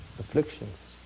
Afflictions